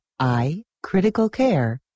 iCriticalCare